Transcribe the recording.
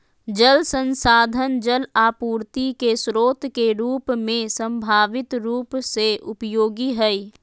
जल संसाधन जल आपूर्ति के स्रोत के रूप में संभावित रूप से उपयोगी हइ